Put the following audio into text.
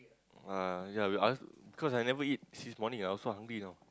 ah ya we ask cause I never eat since morning so I also hungry now